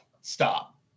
Stop